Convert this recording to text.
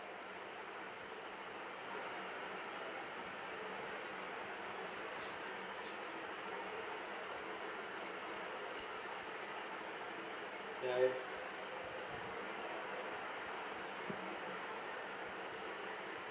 ya